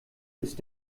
ist